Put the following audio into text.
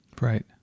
Right